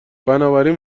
بنابراین